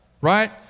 Right